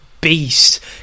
beast